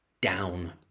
down